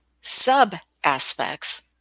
sub-aspects